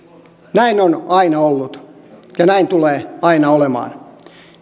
näin on aina ollut ja näin tulee aina olemaan